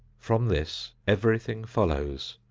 from this everything follows,